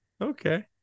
okay